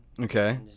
Okay